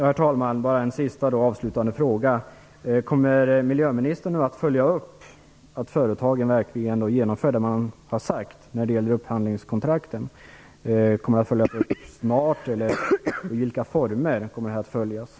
Herr talman! Bara en avslutande fråga: Kommer miljöministern nu att följa upp att företagen verkligen genomför det som de har sagt när det gäller upphandlingskontrakten? Kommer det att följas upp snart, och i vilka former kommer det att ske?